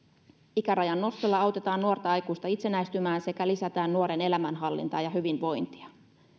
ikärajan nostolla autetaan nuorta aikuista itsenäistymään sekä lisätään nuoren elämänhallintaa ja hyvinvointia